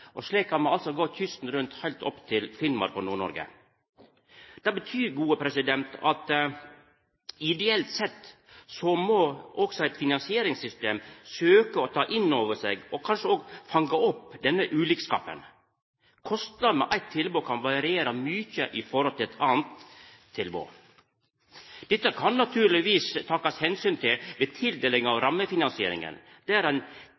og slik kan me gå kysten rundt heilt opp til Finnmark og Nord-Noreg. Det betyr at ideelt sett må òg eit finansieringssystem søkja å ta inn over seg, og kanskje òg fanga opp, denne ulikskapen. Kostnadar ved eit tilbod kan variera mykje i forhold til kostnadar ved eit anna tilbod. Dette kan ein naturlegvis taka omsyn til ved tildeling av rammefinansieringa, der ein